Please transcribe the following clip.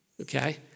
Okay